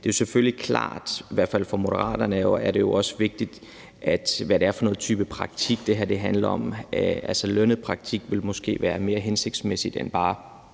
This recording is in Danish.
Det er selvfølgelig klart, at det, i hvert fald for Moderaterne, også er vigtigt, hvad det er for en type praktik, det her handler om. Altså, lønnet praktik vil måske være mere hensigtsmæssigt end bare